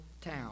town